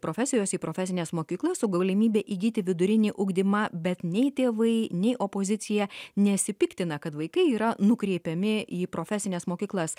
profesijos į profesines mokyklas su galimybė įgyti vidurinį ugdymą bet nei tėvai nei opozicija nesipiktina kad vaikai yra nukreipiami į profesines mokyklas